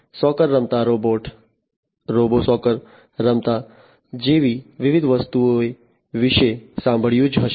તમે સોકર રમતા robot robo soccer રમતા જેવી વિવિધ વસ્તુઓ વિશે સાંભળ્યું જ હશે